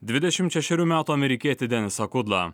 dvidešimt šešerių metų amerikietį denisą kudlą